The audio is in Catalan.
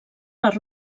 les